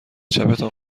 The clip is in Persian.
چپتان